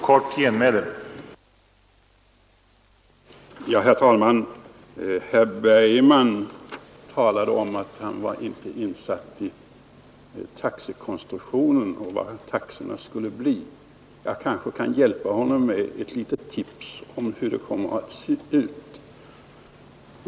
Herr talman! Herr Bergman talade om att han inte var insatt i taxekonstruktionen och frågan om hur stora taxorna skulle bli. Jag kanske kan hjälpa till med ett litet tips om hur det kommer att se ut.